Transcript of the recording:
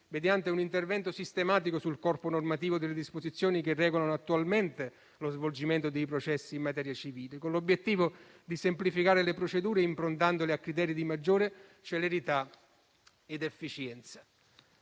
mediante un intervento sistematico sul corpo normativo delle disposizioni che regolano attualmente lo svolgimento dei processi in materia civile, con l'obiettivo di semplificare le procedure, improntandole a criteri di maggiore celerità ed efficienza.